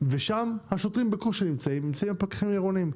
ושם השוטרים בקושי נמצאים אלא נמצאים הפקחים העירוניים.